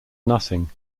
nothing